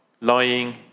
lying